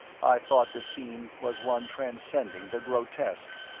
i thought the scene was one transcending the grotesque.